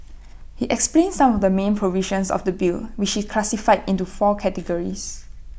he explained some of the main provisions of the bill which he classified into four key categories